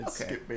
Okay